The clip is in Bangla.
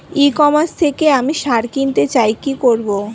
ই কমার্স থেকে আমি সার কিনতে চাই কি করব?